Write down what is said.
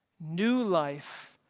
new life,